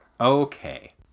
Okay